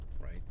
right